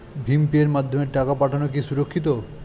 ভিম পের মাধ্যমে টাকা পাঠানো কি সুরক্ষিত?